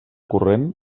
corrent